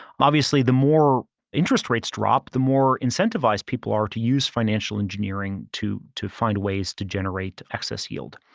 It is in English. obviously the more interest rates drop, the more incentivized people are to use financial engineering to to find ways to generate excess yield.